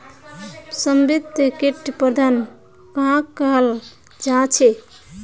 समन्वित किट प्रबंधन कहाक कहाल जाहा झे?